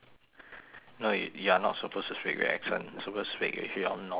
no you~ you're not supposed to speak with accent supposed to speak with your normal voice